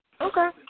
okay